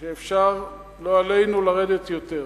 שאפשר, לא עלינו, לרדת יותר.